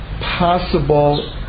possible